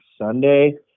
Sunday